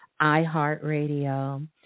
iHeartRadio